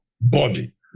body